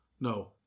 no